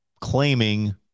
claiming